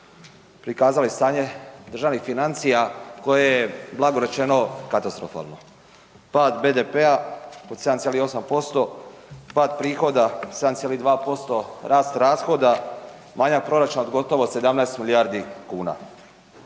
prikazali stanje državnih financija koje je blago rečeno katastrofalno, pad BDP-a od 7,8%,pad prihoda 7,2%, rast rashoda, manjak proračuna gotovo 17 milijardi kuna.